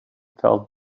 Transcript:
felt